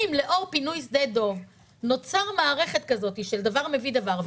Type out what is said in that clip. אם לאור פינוי שדה דב נוצרה מערכת כזאת של דבר מביא דבר,